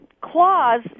clause